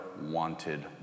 wanted